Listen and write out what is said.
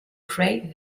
cray